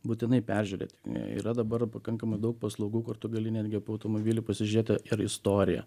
būtinai peržiūrėti yra dabar pakankamai daug paslaugų kur tu gali netgi automobilį pasižiūrėti ir istoriją